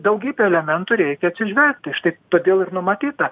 daugybę elementų reikia atsižvelgti štai todėl ir numatyta